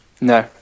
No